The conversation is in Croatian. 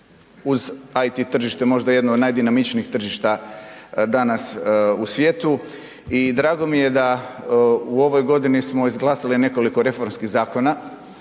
uz IT tržište jedno od najdinamičnijih tržišta danas u svijetu. I drago mi je da smo u ovoj godini izglasali nekoliko reformskih zakona